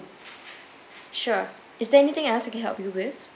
sure is there anything else I can help you with